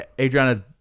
Adriana